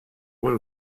one